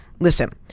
Listen